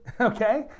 okay